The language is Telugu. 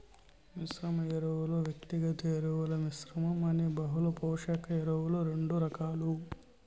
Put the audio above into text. మిశ్రమ ఎరువులు, వ్యక్తిగత ఎరువుల మిశ్రమం అని బహుళ పోషక ఎరువులు రెండు రకాలు